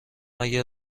اگر